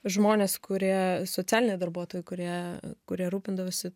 žmonės kurie socialiniai darbuotojai kurie kurie rūpindavosi